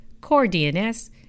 CoreDNS